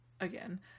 again